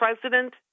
president